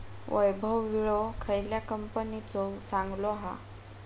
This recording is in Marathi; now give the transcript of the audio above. वैभव विळो खयल्या कंपनीचो चांगलो हा?